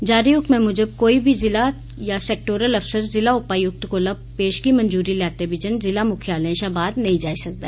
जारी हुक्मै मूजब कोई बी जिला जां सेक्टोरल अफसर जिला उपायुक्त कोला पेशगी मंजूरी लैते बिजन जिला मुक्खालयें शा बाह्र बी नेई जाई सकदा